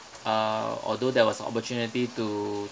uh although there was opportunity to